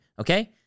okay